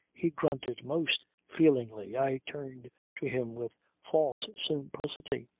he grunted most feelingly. i turned to him with false simplicity.